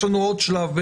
יש לנו עוד שלב,